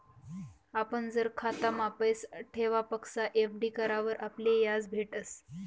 आपण जर खातामा पैसा ठेवापक्सा एफ.डी करावर आपले याज भेटस